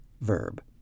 verb